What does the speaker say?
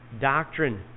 doctrine